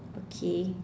okay